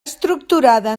estructurada